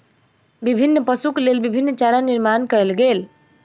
विभिन्न पशुक लेल विभिन्न चारा निर्माण कयल गेल